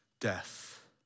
death